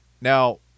Now